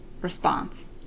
response